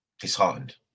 disheartened